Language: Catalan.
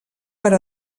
per